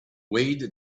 wade